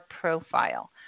profile